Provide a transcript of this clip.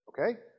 okay